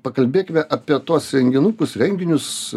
pakalbėkime apie tuos renginukus renginius